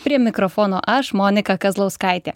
prie mikrofono aš monika kazlauskaitė